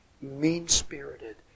mean-spirited